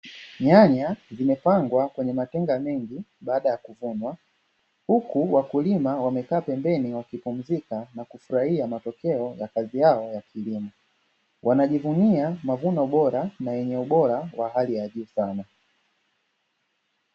Nyanya zimepangwa kwenye matenga mengi baada ya kuvunwa, huku wakulima wamekaa pembeni wakipumzika na kufurahia matokeo ya kazi yao ya kilimo, wanajivunia mavuno bora na yenye ubora wa hali ya juu sana.